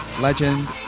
legend